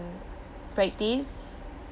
practice